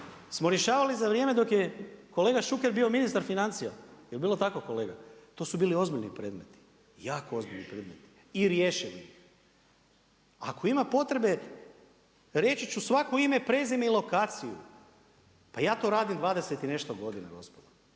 smo rješavali za vrijeme, dok je kolega Šuker bio ministar financija. Jel bilo tako kolega? To su bili ozbiljni predmeti. Jako ozbiljni predmeti. I riješeni. Ako ima potrebe, reći ću svako ime i prezime i lokaciju. Pa ja to radim 20 i nešto godina gospodo.